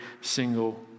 single